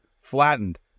flattened